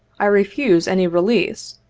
i refuse any release,